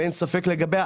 ואין ספק לגביה.